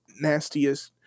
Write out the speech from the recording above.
nastiest